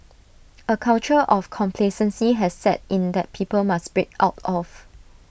A culture of complacency has set in that people must break out of